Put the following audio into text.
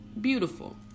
beautiful